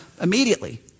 immediately